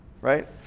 Right